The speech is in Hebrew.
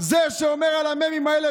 זה שאומר על המ"מים האלה,